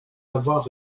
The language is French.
lavoir